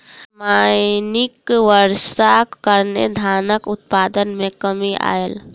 असामयिक वर्षाक कारणें धानक उत्पादन मे कमी आयल